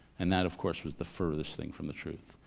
and that of course was the furthest thing from the truth.